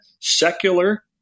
secular